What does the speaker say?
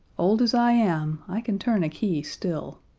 old as i am, i can turn a key still.